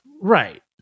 Right